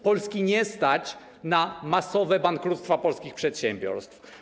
Polski nie stać na masowe bankructwa polskich przedsiębiorstw.